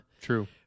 True